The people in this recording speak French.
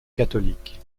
catholique